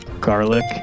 garlic